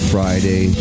Friday